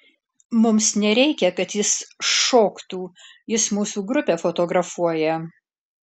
mums nereikia kad jis šoktų jis mūsų grupę fotografuoja